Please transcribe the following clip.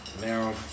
now